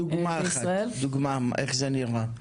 דוגמא אחת איך זה נראה?